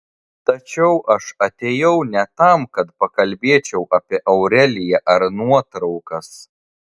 tačiau aš atėjau ne tam kad pakalbėčiau apie aureliją ar nuotraukas